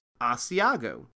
Asiago